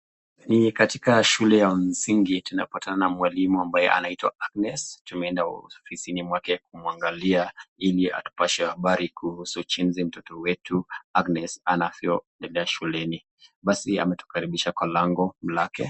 Ni katika shule ya msingi tunapatana na mwalimu anaitwa Agnes ,tumeenda ofisini mwake kumuangalia ili atupashe habari kuhusu jinsi mtoto wetu Agnes anavyo enda shuleni. Basi ametukaribisha kwa lango lake.